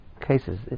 cases